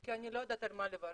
כי אני לא יודעת על מה לברך.